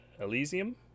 Elysium